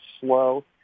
slow